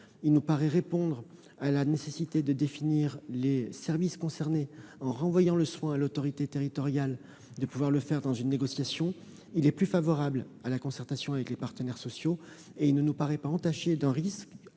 recherché et répondre à la nécessité de définir les services concernés en renvoyant à l'autorité territoriale le soin de le faire dans une négociation. Cet amendement est plus favorable à la concertation avec les partenaires sociaux et ne nous semble pas entaché d'un risque